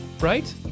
right